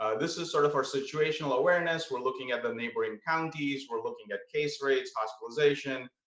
ah this is sort of our situational awareness. we're looking at the neighboring counties, we're looking at case rates, hospitalization,